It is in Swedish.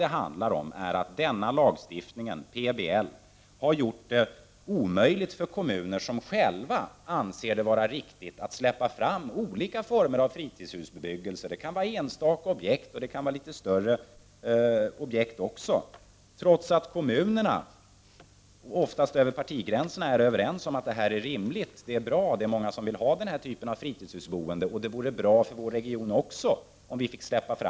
Det handlar om att PBL har gjort det omöjligt för kommuner, som själva anser det vara riktigt, att släppa fram olika former av fritidshusbebyggelse. Det kan gälla enstaka objekt, och det kan vara litet större objekt, trots att kommunerna är överens om, ofta över partigränserna, att det är rimligt. Det är många som vill ha denna typ av fritidshusboende, och det är bra för regionen också.